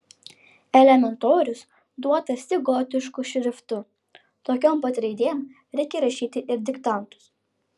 elementorius duotas tik gotišku šriftu tokiom pat raidėm reikia rašyti ir diktantus